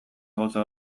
gauza